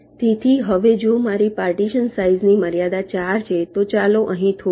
તેથી હવે જો મારી પાર્ટીશન સાઈઝની મર્યાદા 4 છે તો ચાલો અહીં થોભો